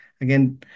again